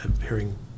hearing